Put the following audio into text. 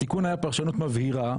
התיקון היה פרשנות מבהירה,